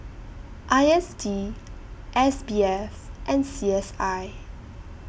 I S D S B F and C S I